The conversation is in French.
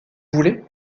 voulez